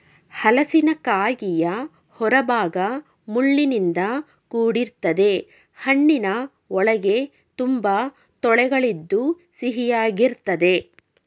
ಹಲಸಿನಕಾಯಿಯ ಹೊರಭಾಗ ಮುಳ್ಳಿನಿಂದ ಕೂಡಿರ್ತದೆ ಹಣ್ಣಿನ ಒಳಗೆ ತುಂಬಾ ತೊಳೆಗಳಿದ್ದು ಸಿಹಿಯಾಗಿರ್ತದೆ